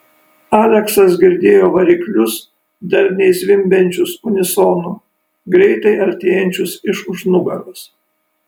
aleksas girdėjo variklius darniai zvimbiančius unisonu greitai artėjančius iš už nugaros